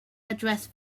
address